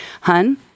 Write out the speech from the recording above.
Hun